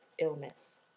illness